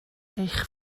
eich